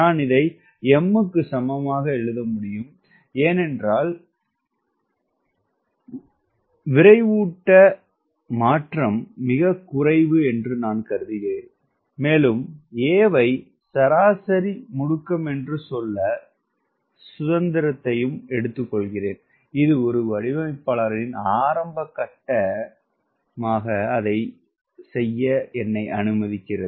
நான் இதை mக்கு சமமாக எழுத முடியும் ஏனென்றால் நிறை மாற்றம் மிகக் குறைவு என்று நான் கருதுகிறேன் மேலும் a வை சராசரி முடுக்கம் என்று சொல்ல சுதந்திரத்தையும் எடுத்துக்கொள்கிறேன் இது ஒரு வடிவமைப்பாளரின் ஆரம்ப கட்டமாக அதைச் செய்ய என்னை அனுமதிக்கிறது